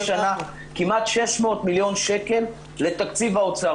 שנה כמעט 600 מיליון שקל לתקציב האוצר.